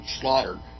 slaughtered